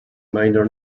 minor